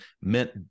meant